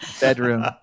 bedroom